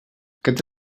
aquest